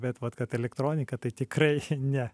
bet vat kad elektronika tai tikrai ne